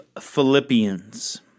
Philippians